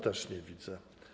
Też nie widzę.